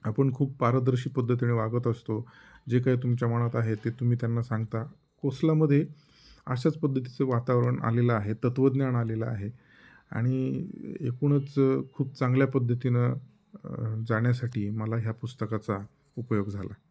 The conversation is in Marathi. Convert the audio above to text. आपण खूप पारदर्शी पद्धतीने वागत असतो जे काय तुमच्या मनात आहे ते तुम्ही त्यांना सांगता कोसलामध्ये अशाच पद्धतीचं वातावरण आलेलं आहे तत्त्वज्ञान आलेलं आहे आणि एकूणच खूप चांगल्या पद्धतीनं जाण्यासाठी मला ह्या पुस्तकाचा उपयोग झाला आहे